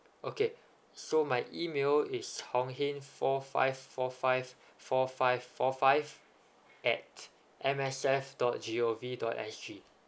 okay so my email is hong hin four five four five four five four five at M S F dot G O V dot S G